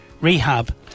Rehab